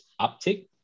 uptick